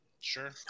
Sure